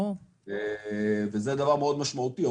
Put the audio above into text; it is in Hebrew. וזה דבר מאוד משמעותי.